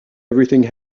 everything